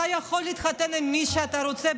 אתה יכול להתחתן עם מי שאתה רוצה,